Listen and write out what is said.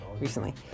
recently